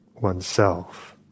oneself